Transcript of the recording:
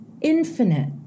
infinite